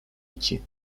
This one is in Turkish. iki